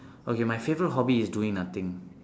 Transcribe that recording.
okay my favourite hobby is doing nothing